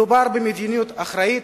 מדובר במדיניות אחראית,